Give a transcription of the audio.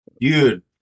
dude